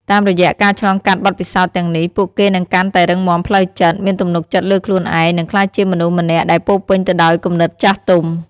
តាមរយៈការឆ្លងកាត់បទពិសោធន៍ទាំងនេះ ពួកគេនឹងកាន់តែរឹងមាំផ្លូវចិត្ត មានទំនុកចិត្តលើខ្លួនឯង និងក្លាយជាមនុស្សម្នាក់ដែលពោរពេញទៅដោយគំនិតចាស់ទុំ។